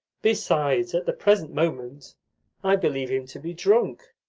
besides, at the present moment i believe him to be drunk.